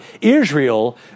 Israel